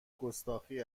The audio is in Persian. گستاخی